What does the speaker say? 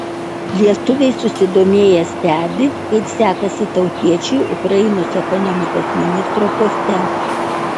lietuviai susidomėję stebi kaip sekasi tautiečiui ukrainos ekonomikos ministro poste